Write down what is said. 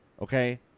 Okay